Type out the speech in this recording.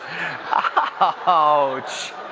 Ouch